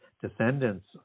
descendants